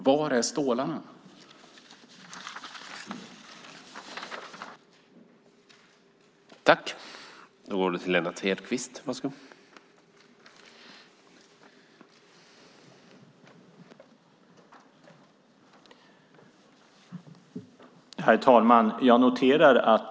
Var är stålarna, Anders Borg?